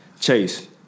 Chase